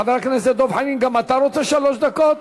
חבר הכנסת דב חנין, גם אתה רוצה שלוש דקות?